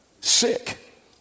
sick